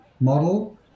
model